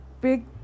big